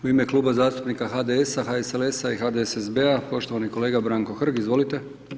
U ime kluba zastupnika HDS-HSLS-HDSSB-a poštovani kolega Branko Hrg, izvolite.